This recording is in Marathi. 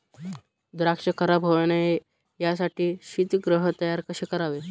द्राक्ष खराब होऊ नये यासाठी शीतगृह तयार कसे करावे?